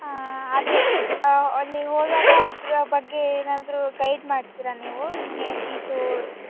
ಅದು ಅಲ್ಲಿಗೆ ಹೋದಾಗ ಅದರ ಬಗ್ಗೆ ಏನಾದರೂ ಗೈಡ್ ಮಾಡ್ತೀರಾ ನೀವು ಹೀಗೆ ಇದು